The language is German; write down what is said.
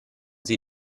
sie